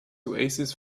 oasis